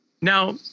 now